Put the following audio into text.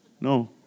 No